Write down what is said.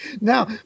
Now